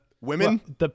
Women